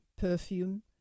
perfume